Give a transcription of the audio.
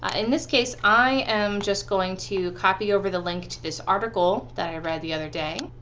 in this case, i am just going to copy over the link to this article that i read the other day.